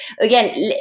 again